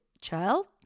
child